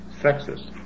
Sexist